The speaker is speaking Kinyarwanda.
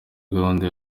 gahunda